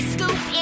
Scoop